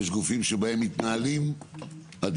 יש גופים שבהם מתנהלים הדיונים,